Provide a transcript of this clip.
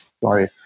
Sorry